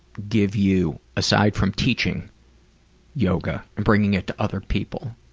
give you aside from teaching yoga and bringing it to other people?